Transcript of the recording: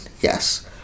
yes